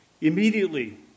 Immediately